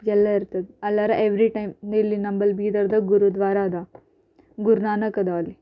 ಎಲ್ಲ ಇರ್ತದೆ ಅಲ್ಲಾರೆ ಎವ್ರಿ ಟೈಮ್ ನಿಲ್ಲಿ ನಮ್ಮಲ್ಲಿ ಬೀದರ್ದಾಗ ಗುರುದ್ವಾರ ಅದ ಗುರುನಾನಕ್ ಅದಾವ ಅಲ್ಲಿ